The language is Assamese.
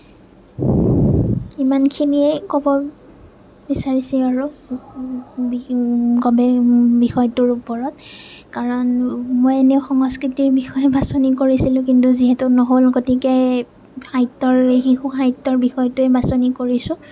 ইমানখিনিয়েই ক'ব বিচাৰিছোঁ আৰু বিষয়টোৰ ওপৰত কাৰণ মই এনেই সংস্কৃতিৰ বিষয়হে বাছনি কৰিছিলোঁ কিন্তু যিহেতু নহ'ল গতিকে সাহিত্য়ৰ শিশু সাহিত্যৰ বিষয়টোৱে বাছনি কৰিছোঁ